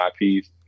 IPs